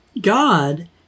God